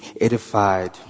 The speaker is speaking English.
edified